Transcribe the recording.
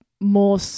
more